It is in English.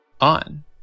on